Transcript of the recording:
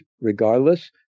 regardless